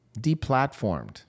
deplatformed